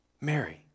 Mary